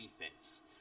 defense